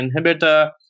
inhibitor